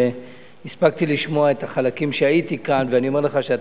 הספקתי לשמוע חלקים כשהייתי כאן ואני אומר לך,